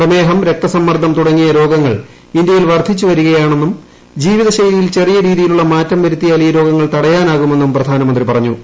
പ്രമേഹം രക്തസമ്മർദ്ദം തുടങ്ങിയ രോഗങ്ങൾ കുറവു ഇന്ത്യയിൽ വർദ്ധിച്ചു വരുകയാണെന്നും ജീവിത ശൈലിയിൽ ചെറിയ രീതിയിലുള്ള മാറ്റം വരുത്തിയാൽ ഈ രോഗങ്ങൾ തടയാനാകുമെന്നും പ്രധാനമന്ത്രി പറഞ്ഞു